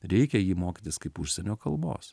reikia jį mokytis kaip užsienio kalbos